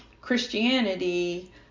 Christianity